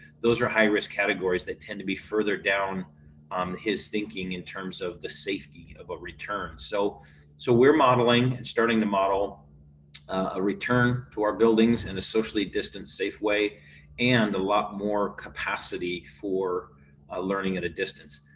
those are high risk categories that tend to be further down um his thinking in terms of the safety of a return. so so we're modeling and starting to model a return. to our buildings in a socially distant safe way and a lot more capacity for learning at a distance.